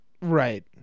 Right